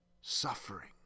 suffering